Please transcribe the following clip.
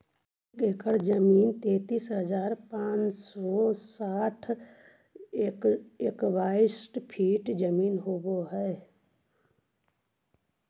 एक एकड़ जमीन तैंतालीस हजार पांच सौ साठ स्क्वायर फीट जमीन होव हई